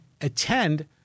attend